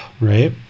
right